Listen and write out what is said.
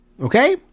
Okay